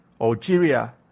Algeria